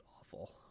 awful